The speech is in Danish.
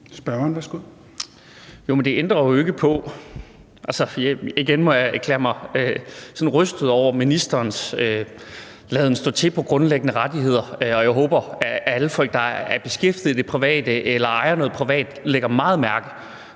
Spørgeren, værsgo. Kl. 16:47 Karsten Lauritzen (V): Altså, igen må jeg erklære mig sådan rystet over ministerens laden stå til i forhold til grundlæggende rettigheder, og jeg håber, at alle folk, der er beskæftiget i det private eller ejer noget privat, lægger meget mærke